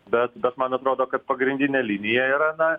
bet bet man atrodo kad pagrindinė linija yra na